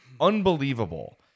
unbelievable